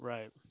Right